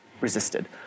resisted